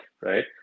right